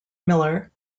miller